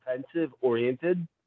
defensive-oriented